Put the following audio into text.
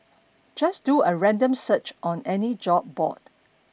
just do a random search on any job board